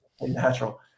natural